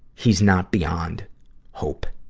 he's not beyond hope.